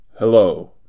Hello